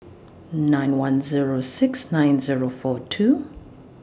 nine one Zero six nine Zero four two